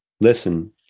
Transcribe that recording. Listen